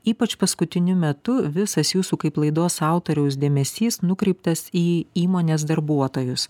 ypač paskutiniu metu visas jūsų kaip laidos autoriaus dėmesys nukreiptas į įmonės darbuotojus